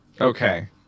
Okay